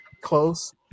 close